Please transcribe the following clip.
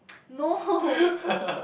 no